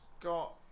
got